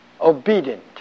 obedient